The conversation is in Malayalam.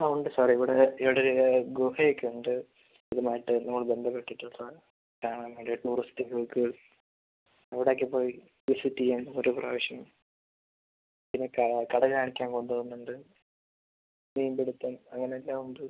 ആ ഉണ്ട് സാർ ഇവിടെ ഇവിടൊര് ഗുഹ ഒക്കെയുണ്ട് ഇതുമായിട്ട് നമ്മള് ബന്ധപ്പെട്ടിട്ട് സാറ് കാണാൻ വരുന്ന ടൂറിസ്റ്റുകൾക്ക് അവിടൊക്കെ പോയി വിസിറ്റ് ചെയ്യാൻ ഒര് പ്രാവശ്യം പിന്നെ ക കടല് കാണിക്കാൻ കൊണ്ടുപോകുന്നുണ്ട് മീൻപിടിത്തം അങ്ങനെ എല്ലാം ഉണ്ട്